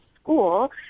school